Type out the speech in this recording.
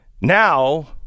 Now